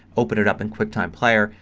open it up in quicktime player.